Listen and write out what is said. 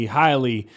highly